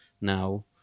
now